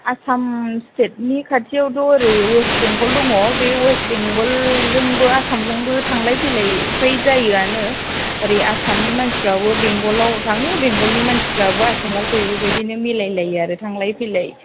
आसाम स्थेटनि खाथियावथ' ओरै वेस्थ बेंगल दङ बे वेस्थ बेंगलजोंबो आसामजोंबो थांलाइ फैलाय फ्राय जायोआनो ओरै आसामनि मानसिफ्राबो बेंगलाव थाङो बेंगलनि मानसिफ्राबो आसामाव फैयो बेबायदिनो मिलाय लायो आरो थांलाय फैलाय